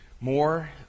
More